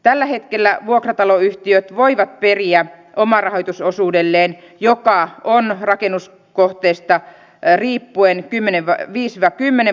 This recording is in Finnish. tällä hetkellä vuokrataloyhtiöt voivat periä omarahoitusosuudelleen joka on rakennuskohteesta riippuen kymmenen viisi ja kymmenen